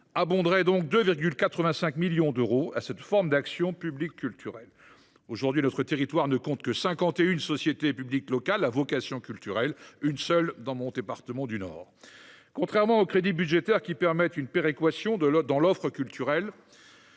hauteur de 2,85 millions d'euros à cette forme d'action publique culturelle. À ce jour, notre territoire ne compte que 51 sociétés publiques locales à vocation culturelle, dont une seule dans mon département du Nord. Contrairement aux crédits budgétaires, qui garantissent une péréquation de l'offre culturelle,